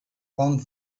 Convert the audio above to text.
one